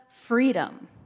freedom